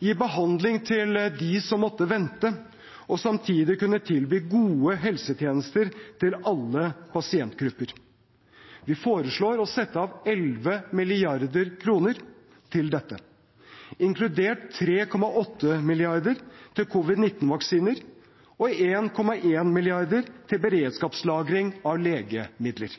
gi behandling til dem som måtte vente, og samtidig kunne tilby gode helsetjenester til alle pasientgrupper. Vi foreslår å sette av 11 mrd. kr til dette, inkludert 3,8 mrd. kr til covid-19-vaksiner og 1,1 mrd. kr til beredskapslagring av legemidler.